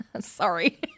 Sorry